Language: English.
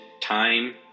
time